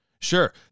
Sure